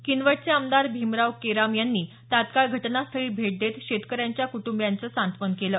किनवटचे आमदार भीमराव केराम यांनी तत्काळ घटनास्थळाला भेट देत शेतकऱ्यांच्या कुटुंबियांचं सांत्वन केलं